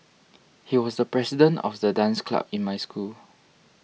he was the president of the dance club in my school